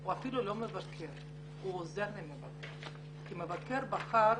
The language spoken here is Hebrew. - והוא אפילו לא מבקר אלא עוזר למבקר כי המבקר בחר